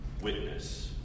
witness